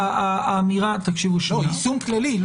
יישום כללי.